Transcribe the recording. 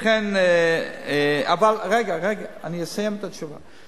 ולכן, אתה, רגע, רגע, אני אסיים את התשובה.